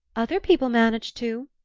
other people manage to,